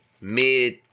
mid